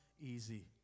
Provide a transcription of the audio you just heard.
easy